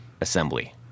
assembly